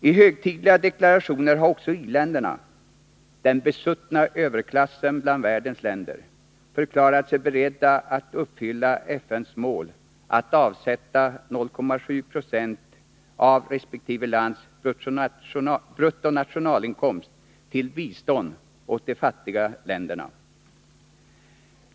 IT högtidliga deklarationer har också i-länderna — den besuttna överklassen bland världens länder — förklarat sig beredda att uppfylla FN:s mål att avsätta 0,7 70 av resp. lands bruttonationalinkomst till bistånd åt de fattiga länderna.